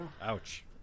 Ouch